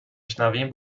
شنویم